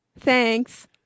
Thanks